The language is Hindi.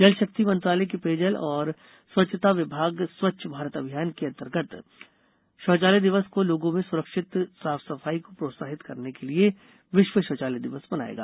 जल शक्ति मंत्रालय का पेय जल और स्वच्छता विभाग स्वच्छ भारत अभियान के अंतर्गत शौचालय दिवस को लोगों में सुरक्षित साफ सफाई को प्रोत्साहित करने के लिए विश्व शौचालय दिवस मनायेगा